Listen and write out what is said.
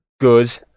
good